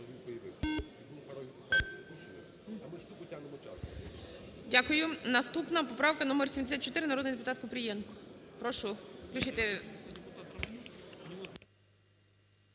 Дякую. Наступна поправка номер 74, народний депутатКупрієнко. Прошу